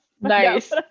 Nice